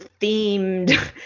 themed